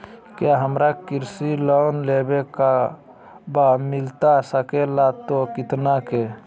क्या हमारा कृषि लोन लेवे का बा मिलता सके ला तो कितना के?